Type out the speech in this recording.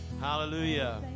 hallelujah